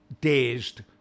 dazed